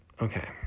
okay